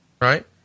right